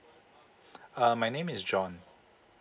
uh my name is john